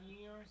years